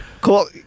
Cool